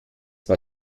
war